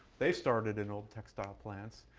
they started in old textile plants.